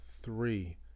three